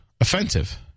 offensive